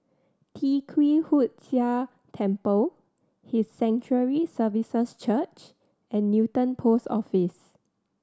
Tee Kwee Hood Sia Temple His Sanctuary Services Church and Newton Post Office